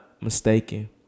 mistaken